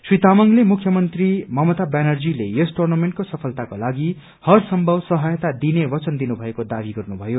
श्री तामाङले मुख्यमन्त्री ममता ब्यानर्जीले यस टुर्नामेन्टको सफलताको लागि हरसम्भव सहायता दिने वचन दिनु भएको दावी गर्नुभयो